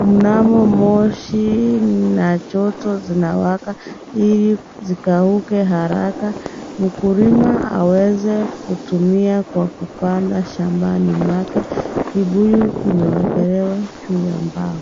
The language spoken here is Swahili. mnamo moshi na joto zinawaka ili zikauke haraka mkulima aweze kutumia kwa kupanda shambani mwake. Kibuyu kimewekelewa juu ya mbao.